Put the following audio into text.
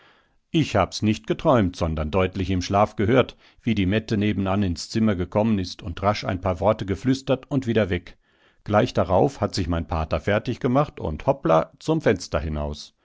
ich hab's nicht geträumt sondern deutlich im schlaf gehört wie die mette nebenan ins zimmer gekommen ist und rasch ein paar worte geflüstert und wieder weg gleich darauf hat sich mein pater fertig gemacht und hopla zum fenster hinaus